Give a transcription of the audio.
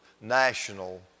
national